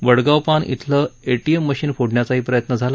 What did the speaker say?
वडगावपान इथलं ATM machine फोडण्याचाही प्रयत्न झाला